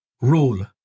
Rule